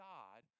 God